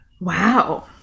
Wow